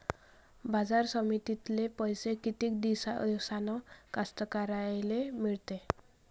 बाजार समितीतले पैशे किती दिवसानं कास्तकाराइले मिळते?